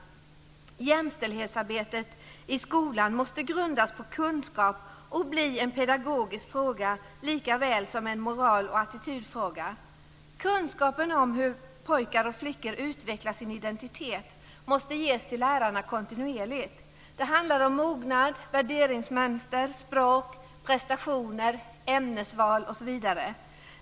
Jämställdhetsarbetet i skolan måste grundas på kunskap och bli en pedagogisk fråga, likaväl som en moral och attitydfråga. Kunskapen om hur pojkar och flickor utvecklar sin identitet måste ges till lärarna kontinuerligt. Det handlar om mognad, värderingsmönster, språk, prestationer, ämnesval osv.